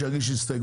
כי עד לאותו רגע,